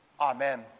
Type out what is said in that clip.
Amen